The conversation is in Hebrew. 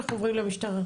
אנחנו עוברים למשטרה.